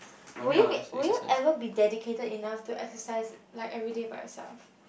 would you be would you ever be dedicated enough to exercise like every day by yourself